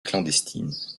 clandestines